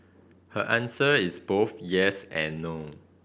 her answer is both yes and no